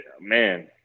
man